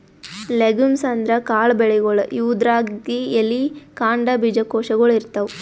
legumes ಅಂದ್ರ ಕಾಳ್ ಬೆಳಿಗೊಳ್, ಇವುದ್ರಾಗ್ಬಿ ಎಲಿ, ಕಾಂಡ, ಬೀಜಕೋಶಗೊಳ್ ಇರ್ತವ್